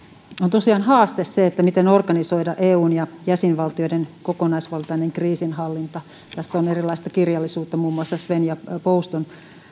tosiaan haaste miten organisoida eun ja jäsenvaltioiden kokonaisvaltainen kriisinhallinta tästä on erilaista kirjallisuutta muun muassa svenja post on